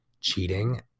cheating